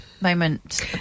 moment